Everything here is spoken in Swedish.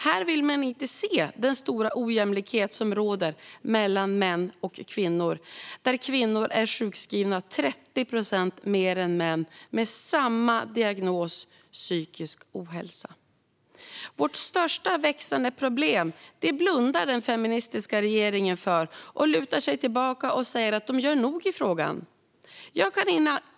Här vill man inte se den stora ojämlikhet som råder mellan män och kvinnor, där kvinnor är sjukskrivna 30 procent mer än män med samma diagnos: psykisk ohälsa. Vårt största och växande problem blundar den feministiska regeringen för och lutar sig tillbaka och säger att den gör nog i frågan.